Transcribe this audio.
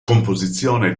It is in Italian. composizione